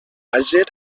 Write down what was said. àger